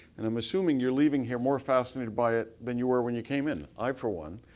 and i'm assuming you're leaving here more fascinated by it than you were when you came in. i, for one,